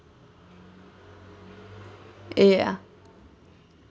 ya